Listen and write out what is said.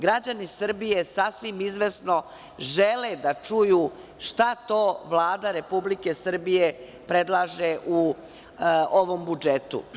Građani Srbije sasvim izvesno žele da čuju šta to Vlada Republike Srbije predlaže u ovom budžetu.